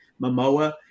Momoa